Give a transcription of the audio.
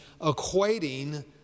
equating